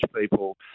people